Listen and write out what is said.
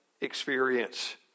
experience